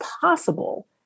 possible